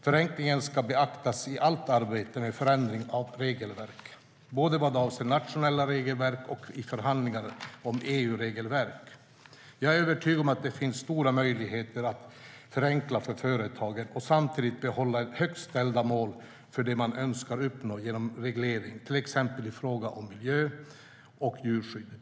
Förenkling ska beaktas i allt arbete med förändring av regelverk, både vad avser nationella regelverk och i förhandlingar om EU-regelverk. Jag är övertygad om att det finns stora möjligheter att förenkla för företagen och samtidigt behålla högt ställda mål för det man önskar uppnå genom en reglering, till exempel i fråga om miljö och djurskydd.